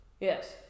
Yes